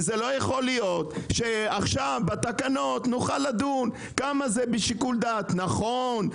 וזה לא יכול להיות שעכשיו בתקנות נוכל לדון כמה זה בשיקול דעת נכון,